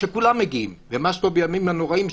שכולם מגיעים ומה שטוב בימים הנוראים,